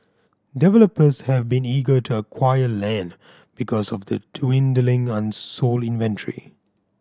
developers have been eager to acquire land because of the dwindling unsold inventory